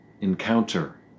encounter